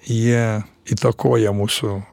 jie įtakoja mūsų